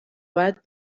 باید